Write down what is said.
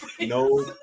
No